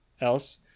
else